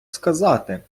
сказати